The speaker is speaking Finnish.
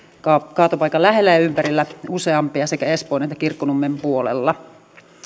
kaatopaikan lähellä ja ympärillä sekä espoon että kirkkonummen puolella